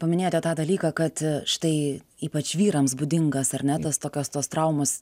paminėjote tą dalyką kad štai ypač vyrams būdingas ar ne tas tokios tos traumos